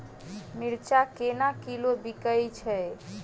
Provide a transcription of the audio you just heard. मिर्चा केना किलो बिकइ छैय?